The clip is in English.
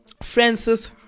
Francis